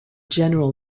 general